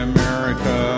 America